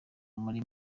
muri